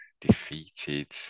defeated